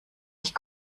ich